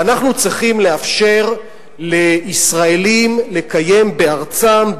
ואנחנו צריכים לאפשר לישראלים לקיים בארצם,